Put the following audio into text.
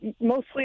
mostly